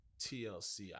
TLC